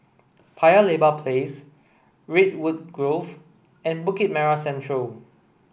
Paya Lebar Place Redwood Grove and Bukit Merah Central